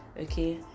okay